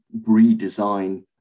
redesign